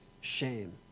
shame